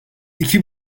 iki